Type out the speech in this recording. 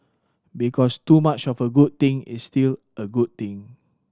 because too much of a good thing is still a good thing